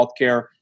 healthcare